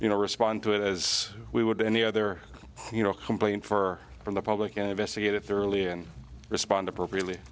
you know respond to it as we would any other you know complaint for from the public and investigate it thoroughly and respond appropriately